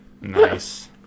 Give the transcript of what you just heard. Nice